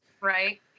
Right